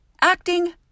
acting